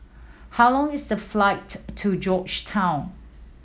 how long is the flight to Georgetown